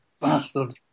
bastard